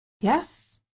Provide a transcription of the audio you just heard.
Yes